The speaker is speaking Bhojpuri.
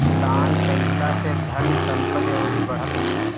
दान कईला से धन संपत्ति अउरी बढ़त ह